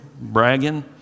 bragging